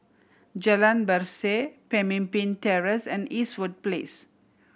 Jalan Berseh Pemimpin Terrace and Eastwood Place